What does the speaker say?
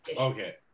Okay